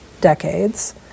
decades